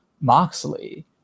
Moxley